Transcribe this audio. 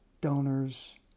donors